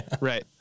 Right